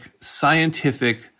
scientific